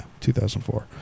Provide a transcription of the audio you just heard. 2004